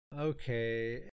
Okay